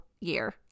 year